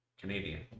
Canadian